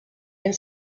and